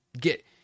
get